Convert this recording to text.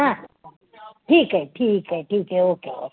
हा ठीक आहे ठीक आहे ठीक आहे ओके ओके हा